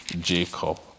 Jacob